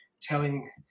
telling